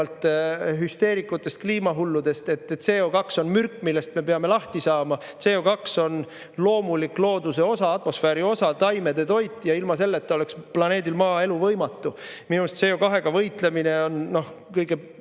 erinevalt hüsteerikutest kliimahulludest, et CO2on mürk, millest me peame lahti saama. CO2on loomulik looduse osa, atmosfääri osa, taimede toit ja ilma selleta oleks planeedil Maa elu võimatu. Minu arust CO2-ga võitlemine on kõige